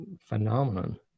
phenomenon